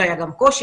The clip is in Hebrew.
שהיה גם קושי.